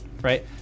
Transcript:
right